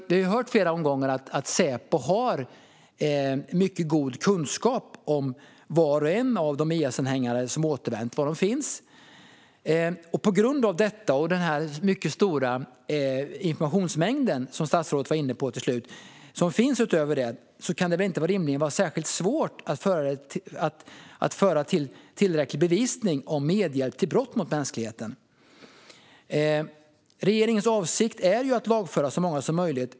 Vi har ju hört i flera omgångar att Säpo har mycket god kunskap om var och en av de IS-anhängare som återvänt och om var de finns. På grund av detta, och på grund av den mycket stora informationsmängd som finns utöver det, som statsrådet var inne på, kan det rimligen inte vara särskilt svårt att anföra tillräcklig bevisning om medhjälp till brott mot mänskligheten. Regeringens avsikt är ju att lagföra så många som möjligt.